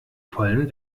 pollen